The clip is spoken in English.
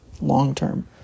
long-term